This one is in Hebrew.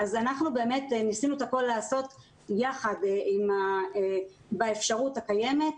אז באמת ניסינו לעשות את הכל יחד באפשרות הקיימת,